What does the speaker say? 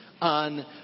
on